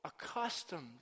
accustomed